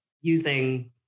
using